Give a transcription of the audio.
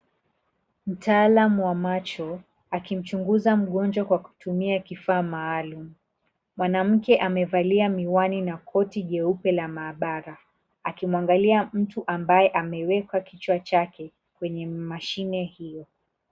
Mtaalam wa macho, akimchunguza mgonjwa kwa kutumia kifaa maalum. Mwanamke amevalia miwani na koti jeupe la maabara. Akimwangalia mtu ambaye ameweka kichwa chake kwenye mashine hiyo.